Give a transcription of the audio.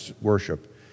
worship